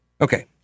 Okay